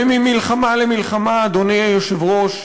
וממלחמה למלחמה, אדוני היושב-ראש,